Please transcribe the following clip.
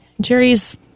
Jerry's